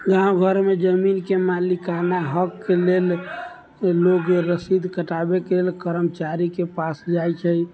गाँव घर मे जमीन के मालिकाना हक लेल लोग रसीद कटाबै के लेल कर्मचारी के पास जाइ छै